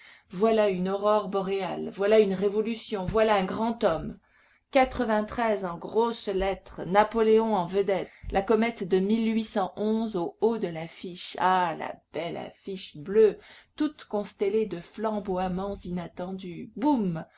voilà une aurore boréale voilà une révolution voilà un grand homme en grosses lettres napoléon en vedette la comète de au haut de l'affiche ah la belle affiche bleue toute constellée de flamboiements inattendus boum